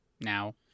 now